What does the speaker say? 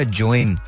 join